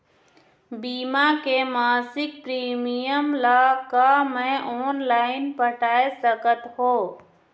बीमा के मासिक प्रीमियम ला का मैं ऑनलाइन पटाए सकत हो?